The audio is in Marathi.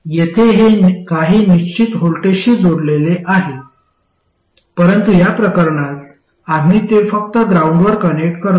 येथे हे काही निश्चित व्होल्टेजशी जोडलेले आहे परंतु या प्रकरणात आम्ही ते फक्त ग्राउंडवर कनेक्ट करतो